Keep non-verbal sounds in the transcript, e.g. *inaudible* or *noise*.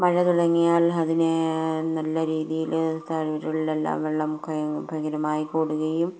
മഴ തുടങ്ങിയാൽ അതിനെ നല്ല രീതിയില് *unintelligible* എല്ലാം വെള്ളം *unintelligible* കൂടുകയും